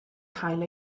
cael